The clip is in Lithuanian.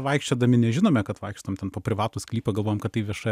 vaikščiodami nežinome kad vaikštom ten po privatų sklypą galvojam kad tai vieša